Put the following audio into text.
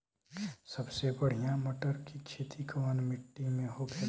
सबसे बढ़ियां मटर की खेती कवन मिट्टी में होखेला?